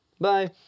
Bye